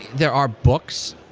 there are books.